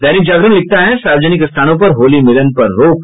दैनिक जागरण लिखता है सार्वजनिक स्थानों पर होली मिलन पर रोक